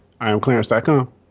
IamClarence.com